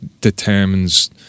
determines